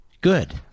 Good